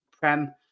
Prem